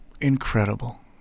Incredible